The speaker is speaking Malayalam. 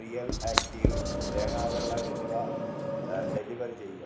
റിയൽ ആക്റ്റീവ് തേങ്ങവെള്ളം എന്നിവ ഡെലിവറി ചെയ്യുക